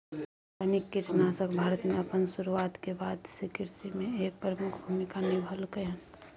रासायनिक कीटनाशक भारत में अपन शुरुआत के बाद से कृषि में एक प्रमुख भूमिका निभलकय हन